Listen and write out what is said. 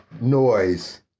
noise